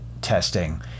testing